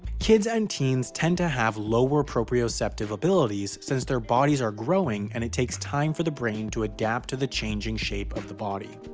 kids and teens tend to have lower proprioceptive abilities since their bodies are growing and it takes time for the brain to adapt to the changing shape of the body.